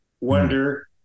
wonder